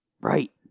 Right